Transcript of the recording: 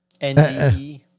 NDE